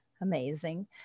amazing